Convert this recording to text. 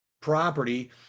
property